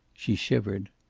she shivered.